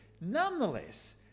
nonetheless